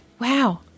Wow